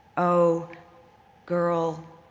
oh girl,